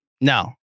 No